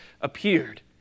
appeared